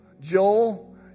Joel